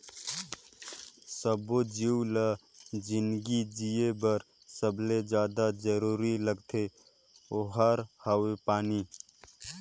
सब्बो जीव ल जिनगी जिए बर सबले जादा जरूरी लागथे ओहार हवे पानी